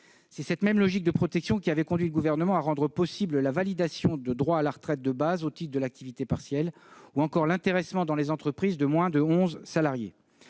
C'est cette même logique de protection qui avait conduit le Gouvernement à rendre possible la validation de droits à la retraite de base au titre de l'activité partielle ou encore l'intéressement dans les entreprises de moins de onze salariés,